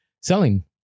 selling